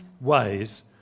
ways